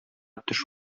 төш